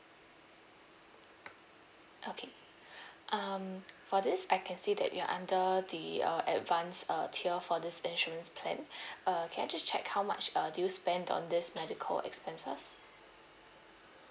okay um for this I can see that you're under the uh advance uh tier for this insurance plan uh can I just check how much uh do you spent on this medical expenses